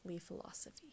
philosophy